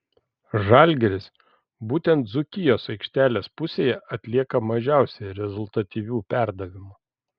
žalgiris būtent dzūkijos aikštelės pusėje atlieka mažiausiai rezultatyvių perdavimų